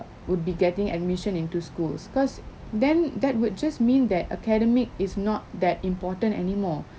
would be getting admission into schools cause then that would just mean that academic is not that important anymore